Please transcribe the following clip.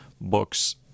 books